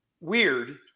weird